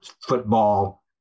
football